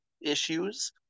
issues